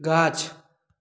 गाछ